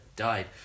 Died